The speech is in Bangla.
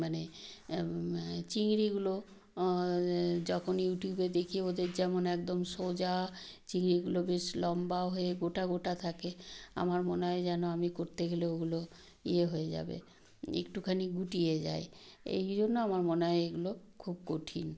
মানে চিংড়িগুলো যখন ইউটিউবে দেখি ওদের যেমন একদম সোজা চিংড়িগুলো বেশ লম্বা হয়ে গোটা গোটা থাকে আমার মনে হয় যেন আমি করতে গেলে ওগুলো ইয়ে হয়ে যাবে একটুখানি গুটিয়ে যায় এই জন্য আমার মনে হয় এগুলো খুব কঠিন